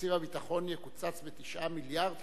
שתקציב הביטחון יקוצץ ב-9 מיליארד,